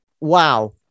Wow